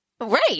Right